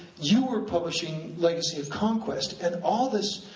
you were publishing legacy of conquest, and all this,